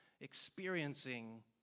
experiencing